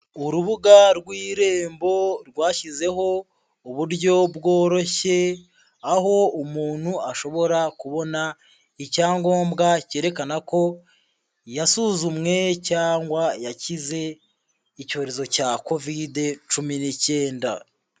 Urubuga rw'Irembo rwashyizeho uburyo bworoshye, aho umuntu ashobora kubona icyangombwa cyerekana ko yasuzumwe cyangwa yakize icyorezo cya Kovide cumi n'icyenda.